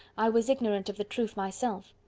i was ignorant of the truth myself.